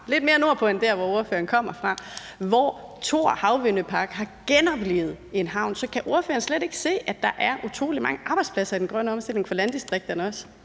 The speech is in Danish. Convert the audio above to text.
lidt mere nordpå end der, hvor ordføreren kommer fra, hvor Thor Havvindmøllepark har genoplivet en havn. Så kan ordføreren slet ikke se, at der også er utrolig mange arbejdspladser i den grønne omstilling for landdistrikterne? Kl.